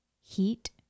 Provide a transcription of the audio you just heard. heat